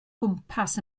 gwmpas